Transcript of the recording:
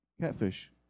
catfish